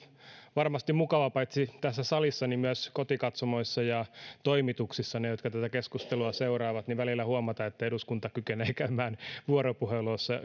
varmasti mukava paitsi tässä salissa myös kotikatsomoissa ja toimituksissa niiden jotka tätä keskustelua seuraavat välillä huomata että eduskunta kykenee käymään vuoropuhelua jossa